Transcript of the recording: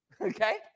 Okay